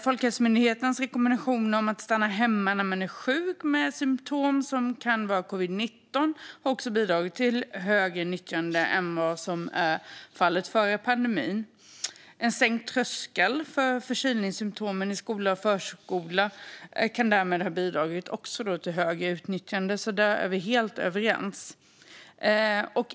Folkhälsomyndighetens rekommendation om att stanna hemma när man är sjuk med symtom som kan bero på covid-19 har också bidragit till högre nyttjande än vad som var fallet före pandemin. En sänkt tröskel i förskola och skola för förkylningssymtom kan också ha bidragit till högre utnyttjande. Där är vi helt överens.